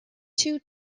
two